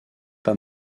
pas